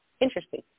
Interesting